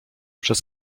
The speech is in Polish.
przez